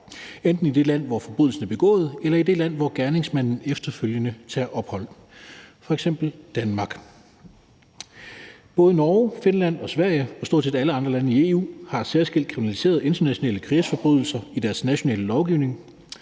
enten i det land, hvor forbrydelsen er begået, eller i det land, hvor gerningsmanden efterfølgende tager ophold, f.eks. Danmark. Både Norge, Finland og Sverige og stort set alle andre lande i EU har særskilt kriminaliseret internationale krigsforbrydelser i deres nationale lovgivning,